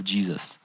Jesus